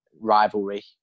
Rivalry